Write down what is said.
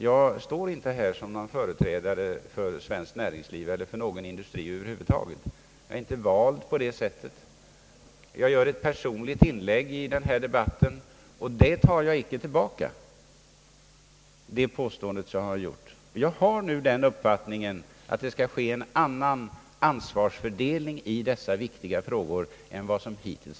Jag står inte här som företrädare för svenskt näringsliv eller förnågon industri över huvud taget — jag är inte vald på det sättet. Mitt inlägg här i debatten är ett personligt uttalande, och det tar jag inte tillbaka. Min uppfattning är den att det bör bli en annan ansvarsfördelning i dessa viktiga frågor än hittills.